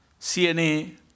CNA